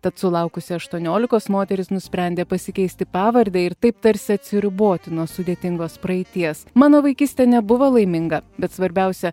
tad sulaukusi aštuoniolikos moteris nusprendė pasikeisti pavardę ir taip tarsi atsiriboti nuo sudėtingos praeities mano vaikystė nebuvo laiminga bet svarbiausia